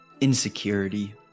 insecurity